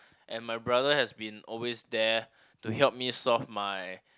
and my brother has been always there to help me solve my